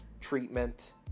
treatment